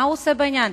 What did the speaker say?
מה הוא עושה בעניין?